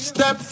Step